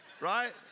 right